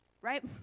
right